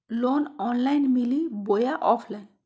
Loan online मिली बोया offline?